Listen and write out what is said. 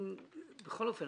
בכל אופן,